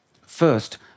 First